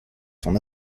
son